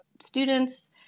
students